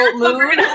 mood